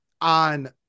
on